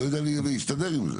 לא יודע להסתדר עם זה.